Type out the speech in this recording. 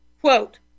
quote